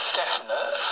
definite